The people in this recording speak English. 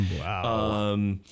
wow